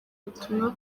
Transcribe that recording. ubutumwa